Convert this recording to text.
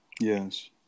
Yes